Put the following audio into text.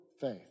faith